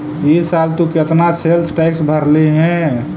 ई साल तु केतना सेल्स टैक्स भरलहिं हे